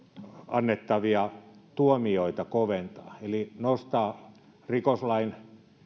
annettavia tuomioita koventaa eli nostaa rikoslain